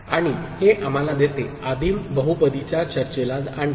आणि हे आम्हाला देते आदिम बहुपदीच्या चर्चेला आणते